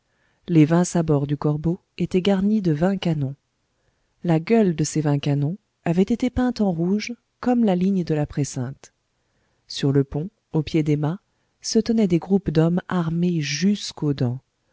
les vingt sabords du corbeau étaient garnis de vingt canons la gueule de ces vingt canons avait été peinte en rouge comme la ligne de la préceinte sur le pont au pied des mâts se tenaient des groupes d'hommes armés jusqu'aux dents